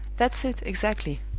that's it, exactly.